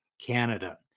canada